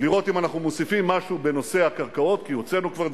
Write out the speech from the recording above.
היא שאלה אמיתית, שאנחנו מתכוונים לטפל בה,